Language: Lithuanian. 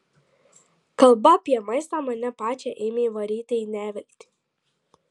kalba apie maistą mane pačią ėmė varyti į neviltį